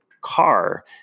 car